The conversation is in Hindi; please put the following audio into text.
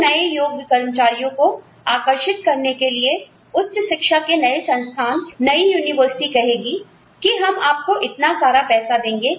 तो नए योग्य कर्मचारियों को आकर्षित करने के लिए उच्च शिक्षा के नए संस्थान नई यूनिवर्सिटी कहेगी कि हम आपको इतना सारा पैसा देंगे